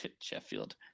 Sheffield